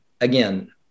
Again